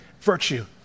virtue